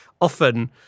often